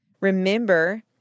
Remember